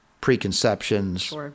preconceptions